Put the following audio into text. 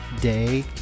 day